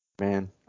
Man